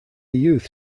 youth